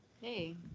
hey